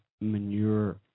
manure